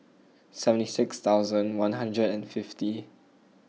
seventy six thousand one hundred and fifty